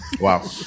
Wow